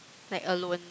like alone